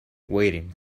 waiting